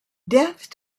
death